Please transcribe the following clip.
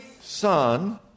Son